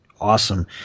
awesome